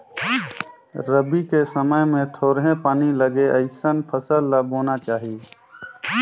रबी के समय मे थोरहें पानी लगे अइसन फसल ल बोना चाही